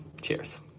Cheers